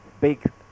big